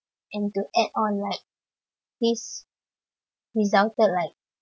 and to add on like this resulted like um